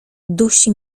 dusi